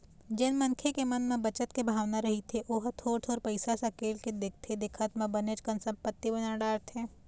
जेन मनखे के मन म बचत के भावना रहिथे ओहा थोर थोर पइसा सकेल के देखथे देखत म बनेच कन संपत्ति बना डारथे